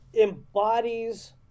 embodies